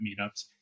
meetups